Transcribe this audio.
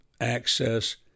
access